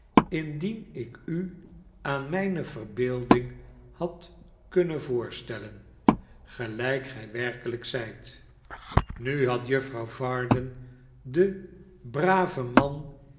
indien ik u aan mijne verbeelding had kunnen voorstellen gelijk gij werkelijk zijt nu had juffrouw varden den braven man